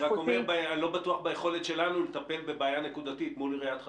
אני רק אומר שאיני בטוח ביכולתנו לטפל בבעיה נקודתית מול עיריית חדרה.